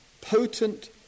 potent